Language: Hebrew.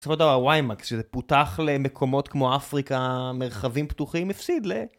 בסופו של דבר, הוויימאקס, כשזה פותח למקומות כמו אפריקה, מרחבים פתוחים, מפסיד ל...